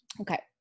okay